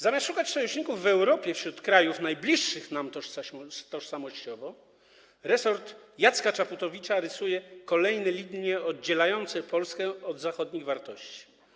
Zamiast szukać sojuszników w Europie wśród krajów najbliższych tożsamościowo resort Jacka Czaputowicza rysuje kolejne linie oddzielające Polskę od zachodnich wartości.